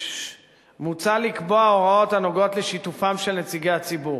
מוצע לקבוע הוראות הנוגעות בשיתופם של נציגי הציבור.